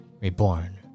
reborn